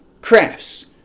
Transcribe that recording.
crafts